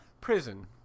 prison